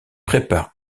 prépare